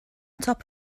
top